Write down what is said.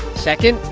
second,